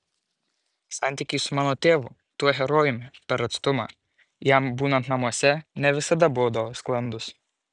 santykiai su mano tėvu tuo herojumi per atstumą jam būnant namuose ne visada būdavo sklandūs